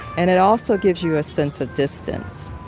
and it also gives you a sense of distance,